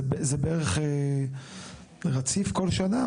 זה בערך רציף כל שנה,